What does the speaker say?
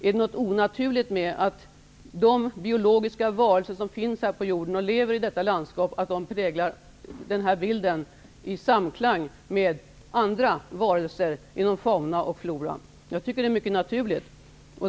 Är det något onaturligt med att de biologiska varelser som finns här på jorden och lever i detta landskap präglar det, i samklang med andra varelser inom fauna och flora? Jag tycker att det är mycket naturligt.